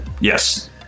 yes